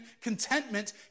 contentment